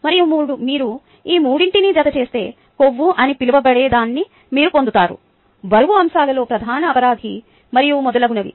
మరియు మీరు ఈ మూడింటినీ జత చేస్తే కొవ్వు అని పిలవబడేదాన్ని మీరు పొందుతారు బరువు అంశాలలో ప్రధాన అపరాధి మరియు మొదలగునవి